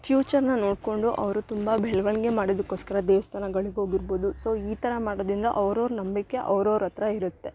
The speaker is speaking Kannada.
ಫ್ಯೂಚರ್ನ ನೋಡಿಕೊಂಡು ಅವರು ತುಂಬ ಬೆಳವಣಿಗೆ ಮಾಡಿದಕೋಸ್ಕರ ದೇವಸ್ಥಾನಗಳಿಗ್ ಹೋಗಿರ್ಬೋದು ಸೊ ಈ ಥರ ಮಾಡೋದರಿಂದ ಅವ್ರವ್ರ ನಂಬಿಕೆ ಅವ್ರವ್ರ ಹತ್ರ ಇರುತ್ತೆ